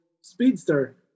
speedster